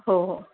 हो हो